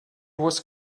was